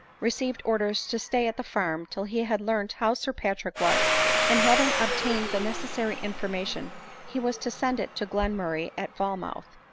received orders to stay at the farm till he had learnt how sir patrick was and having obtained the necessary information he was to send it to glenmur ray at falmouth.